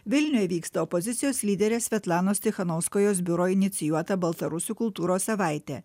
vilniuj vyksta opozicijos lyderės svetlanos cichanovskajos biuro inicijuota baltarusių kultūros savaitė